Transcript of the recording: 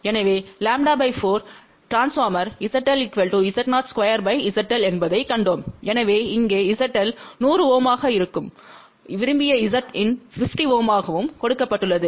எனவே λ 4 ட்ரான்ஸ்போர்மர்க்கு Z¿ Z02 ZL என்பதைக் கண்டோம் எனவே இங்கே ZL 100 Ω ஆகவும் விரும்பிய Zin 50 Ω ஆகவும் கொடுக்கப்பட்டுள்ளது